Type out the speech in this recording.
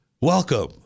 Welcome